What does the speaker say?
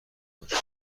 باشه